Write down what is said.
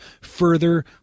further